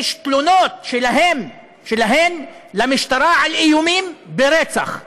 יש תלונות שלהן למשטרה על איומים ברצח.